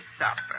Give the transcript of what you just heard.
supper